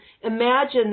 imagine